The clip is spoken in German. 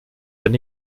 wenn